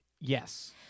yes